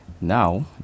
now